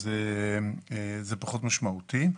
אז זה פחות משמעותי.